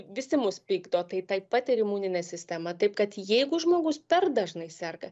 visi mus pykdo tai taip pat ir imuninė sistema taip kad jeigu žmogus per dažnai serga